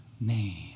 name